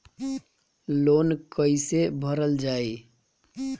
Loan कैसे भरल जाइ?